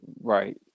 Right